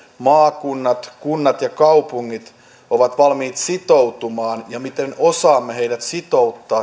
maakunnat kunnat ja kaupungit ovat valmiita sitoutumaan ja miten osaamme heidät sitouttaa